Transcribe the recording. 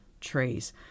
Trees